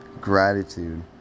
gratitude